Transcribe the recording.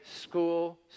school